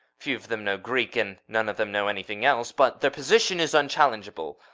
few of them know greek and none of them know anything else but their position is unchallengeable.